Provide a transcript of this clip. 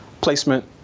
placement